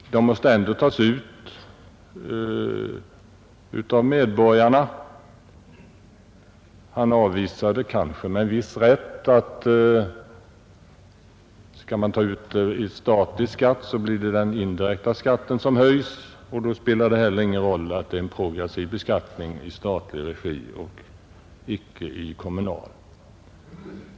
Pengarna måste ändå tas ut av medborgarna. Han avvisade, kanske med en viss rätt, tanken att man skall ta ut dem i statlig skatt, för i så fall blir det den indirekta skatten som höjs och då spelar det heller ingen roll att det är en progressiv beskattning i statlig regi och icke i kommunal.